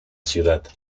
ciudad